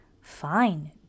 Fine